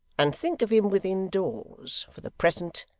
and think of him within doors for the present,